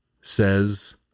says